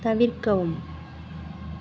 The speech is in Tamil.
தவிர்க்கவும்